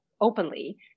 openly